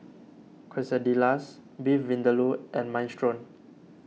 Quesadillas Beef Vindaloo and Minestrone